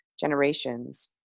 generations